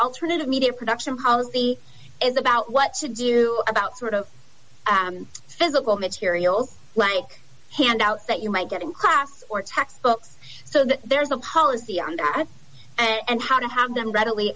alternative media production policy is about what to do about sort of physical material like handouts that you might get in class or textbooks so that there is a policy on that and how to have them readily